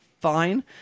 fine